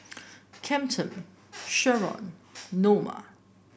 Camden Sheron Norma